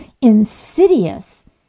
insidious